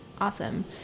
Awesome